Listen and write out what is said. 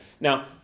now